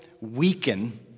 weaken